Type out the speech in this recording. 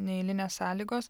neeilinės sąlygos